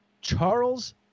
Charles